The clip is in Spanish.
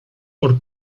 por